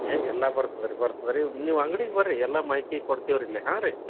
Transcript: ಏಯ್ ಎಲ್ಲ ಬರ್ತದೆ ರೀ ಬರ್ತದೆ ರೀ ನೀವು ಅಂಗ್ಡಿಗೆ ಬರ್ರಿ ಎಲ್ಲ ಮಾಹಿತಿ ಕೊಡ್ತೀವಿ ರೀ ಇಲ್ಲೇ ಹಾಂ ರೀ